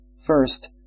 First